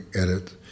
edit